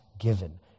given